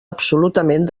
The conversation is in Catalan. absolutament